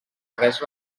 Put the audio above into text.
res